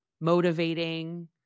motivating